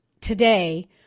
today